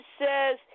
says